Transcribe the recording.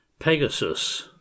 PEGASUS